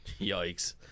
Yikes